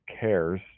cares